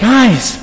Guys